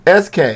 SK